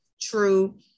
true